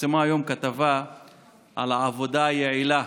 פורסמה היום כתבה על העבודה היעילה